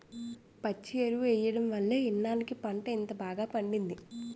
పచ్చి ఎరువు ఎయ్యడం వల్లే ఇన్నాల్లకి పంట ఇంత బాగా పండింది